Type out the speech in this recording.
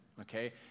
Okay